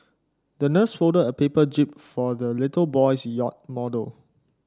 the nurse folded a paper jib for the little boy's yacht model